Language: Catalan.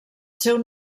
seu